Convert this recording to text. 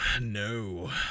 No